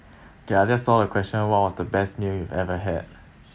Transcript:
okay I just saw the question what was the best meal you've ever had